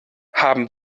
haben